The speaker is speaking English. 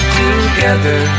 together